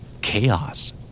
Chaos